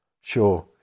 Sure